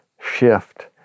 shift